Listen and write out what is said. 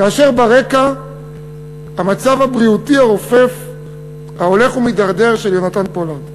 כאשר ברקע מצבו הבריאותי הרופף ההולך ומידרדר של פולארד.